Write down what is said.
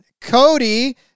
Cody